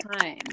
time